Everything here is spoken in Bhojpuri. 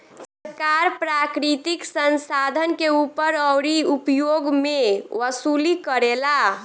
सरकार प्राकृतिक संसाधन के ऊपर अउरी उपभोग मे वसूली करेला